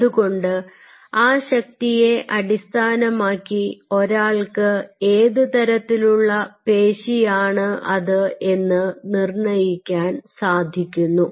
അതുകൊണ്ട് ആ ശക്തിയെ അടിസ്ഥാനമാക്കി ഒരാൾക്ക് ഏതുതരത്തിലുള്ള പേശി ആണ് അത് എന്ന് നിർണയിക്കാൻ സാധിക്കുന്നു